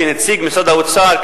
כנציג משרד האוצר,